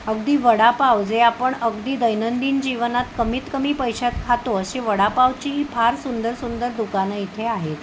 अगदी वडापाव जे आपण अगदी दैनंदिन जीवनात कमीत कमी पैशात खातो अशी वडापावचीही फार सुंदर सुंदर दुकानं इथे आहेत